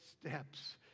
steps